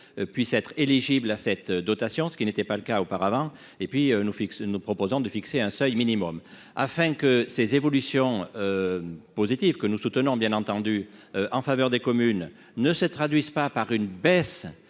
puisse être éligible à cette dotation, ce qui n'était pas le cas auparavant, et puis nous fixe nous proposant de fixer un seuil minimum afin que ces évolutions positives que nous soutenons, bien entendu, en faveur des communes ne se traduisent pas par une baisse